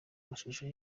mashusho